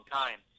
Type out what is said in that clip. time